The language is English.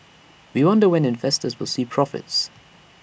we wonder when investors will see profits